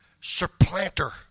supplanter